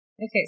Okay